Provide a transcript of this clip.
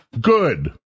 Good